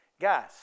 Guys